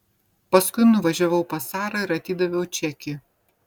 paskui nuvažiavau pas sarą ir atidaviau čekį